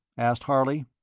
asked harley.